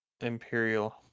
Imperial